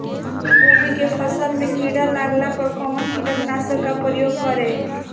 गोभी के फसल मे किड़ा लागला पर कउन कीटनाशक का प्रयोग करे?